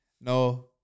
No